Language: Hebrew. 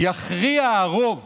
יכריע הרוב